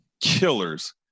killers